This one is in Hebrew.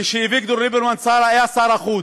כשאביגדור ליברמן היה שר החוץ,